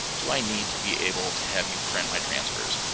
do i need to be able to have you print my transfers?